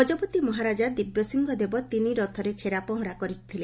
ଗଜପତି ମହାରାଜା ଦିବ୍ୟସିଂହଦେବ ତିନିରଥରେ ଛେରାପହରା କରିଛନ୍ତି